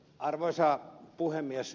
arvoisa puhemies